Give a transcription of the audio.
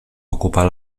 ocupar